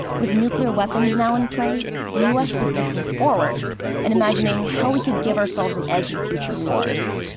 with nuclear weapons now in play, the u s. was looking forward and imagining how we could give ourselves an edge in future wars.